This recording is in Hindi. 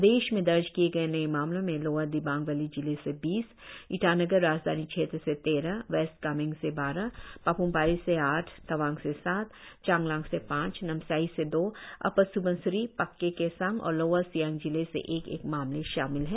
प्रदेश में दर्ज किए गए नए मामलों में लोअर दिबांग वैली जिले से बीस ईटानगर राजधानी क्षेत्र से तेरह वेस्ट कामेंग से बारह पाप्मपारे से आठ तवांग से सात चांगलांग से पांच नामसाइ से दो अपर सुबनसिरी पाक्के केसांग और लोअर सियांग जिले से एक एक मामले शामिल है